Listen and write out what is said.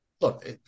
look